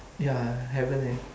ya haven't leh